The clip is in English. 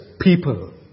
people